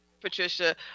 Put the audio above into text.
Patricia